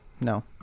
no